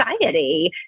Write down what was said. society